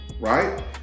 right